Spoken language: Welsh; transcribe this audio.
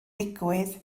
digwydd